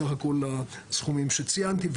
בסך הכול הסכומים שציינתי.